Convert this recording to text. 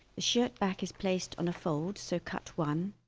shirt back is placed on a fold so cut one